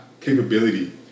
capability